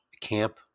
camp